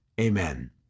Amen